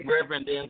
Reverend